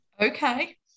okay